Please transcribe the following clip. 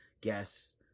guess